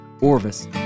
Orvis